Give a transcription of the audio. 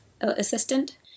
assistant